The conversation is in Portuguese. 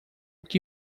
que